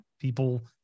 people